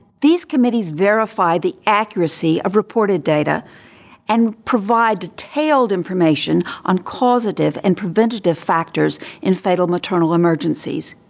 these committees verify the accuracy of reported data and provide detailed information on causative and preventative factors in fatal maternal emergencies.